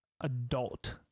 adult